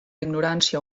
ignorància